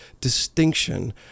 distinction